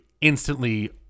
instantly